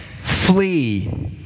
flee